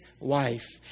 wife